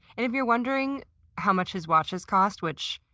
if you're wondering how much his watches cost, which,